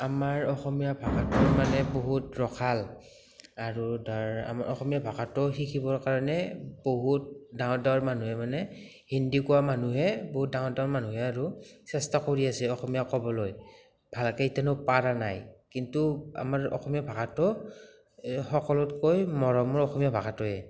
আমাৰ অসমীয়া ভাষাটো মানে বহুত ৰসাল আৰু তাৰ অসমীয়া ভাষাটো শিকিবৰ কাৰণে বহুত ডাঙৰ ডাঙৰ মানুহে মানে হিন্দী কোৱা মানুহে বহুত ডাঙৰ ডাঙৰ মানুহে আৰু চেষ্টা কৰি আছে অসমীয়া ক'বলৈ ভালকে এতিয়ানো পাৰা নাই কিন্তু আমাৰ অসমীয়া ভাষাটো সকলোতকৈ মৰমৰ অসমীয়া ভাষাটোৱে